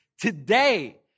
today